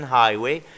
highway